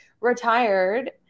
retired